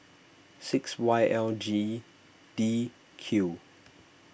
six Y L G D Q